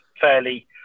fairly